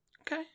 okay